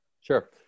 Sure